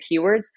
keywords